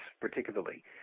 particularly